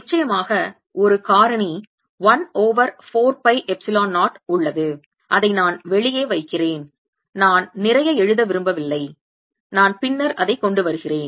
நிச்சயமாக ஒரு காரணி 1 ஓவர் 4 பை எப்சிலோன் 0 உள்ளது நான் அதை வெளியே வைக்கிறேன் நான் நிறைய எழுத விரும்பவில்லை நான் பின்னர் அதை கொண்டு வருகிறேன்